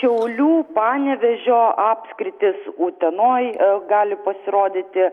šiaulių panevėžio apskritys utenoj gali pasirodyti